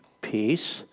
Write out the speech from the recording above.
peace